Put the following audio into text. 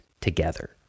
together